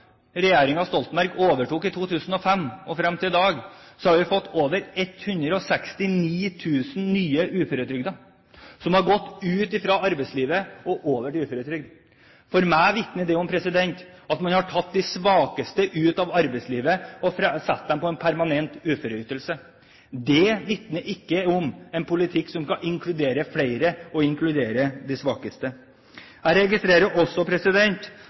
Stoltenberg overtok i 2005 og frem til i dag, så har vi fått over 169 000 nye uføretrygdede, som har gått ut fra arbeidslivet og over til uføretrygd. For meg vitner det om at man har tatt de svakeste ut av arbeidslivet og satt dem på en permanent uføreytelse. Det vitner ikke om en politikk som kan inkludere flere og inkludere de svakeste. Jeg registrerer også